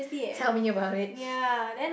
tell me about it